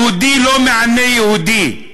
יהודי לא מענה יהודי,